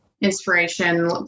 inspiration